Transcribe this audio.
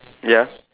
ya